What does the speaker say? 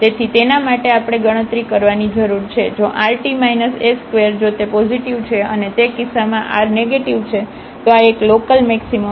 તેથી તેના માટે આપણે ગણતરી કરવાની જરૂર છે જો rt s2 જો તે પોઝિટિવ છે અને તે કિસ્સામાં r નેગેટીવ છે તો આ એક લોકલમેક્સિમમ છે